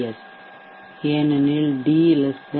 S ஏனெனில் D 1 d1